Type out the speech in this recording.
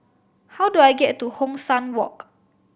how do I get to Hong San Walk